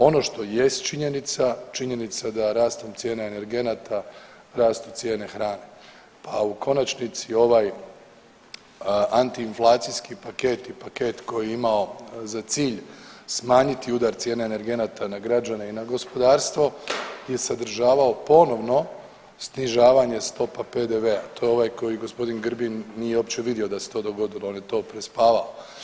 Ono što jest činjenica, činjenica da rastom cijena energenata rastu cijene hrane, pa u konačnici ovaj antiinflacijski paket i paket koji je imao za cilj smanjiti udar cijena energenata na građane i na gospodarstvo je sadržavao ponovno snižavanje stopa PDV-a, to je ovaj koji g. Grbin nije uopće vidio da se to dogodilo, on je to prespavao.